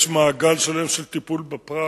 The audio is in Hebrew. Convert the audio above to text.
יש מעגל שלם של טיפול בפרט: